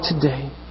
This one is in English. today